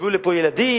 יביאו לפה ילדים?